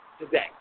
today